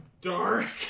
Dark